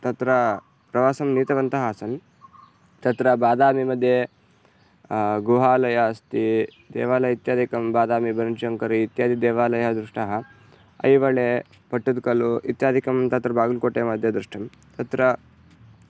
तत्र प्रवासं नीतवन्तः आसन् तत्र बादामि मध्ये गुहालयः अस्ति देवालयः इत्यादिकं बादामि बशङ्करी इत्यादिदेवालयः दृष्टः ऐहोळे पट्टुद्कल्लु इत्यादिकं तत्र बागल्कोटे मध्ये दृष्टं तत्र